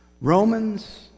Romans